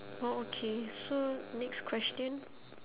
orh okay so next question